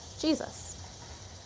Jesus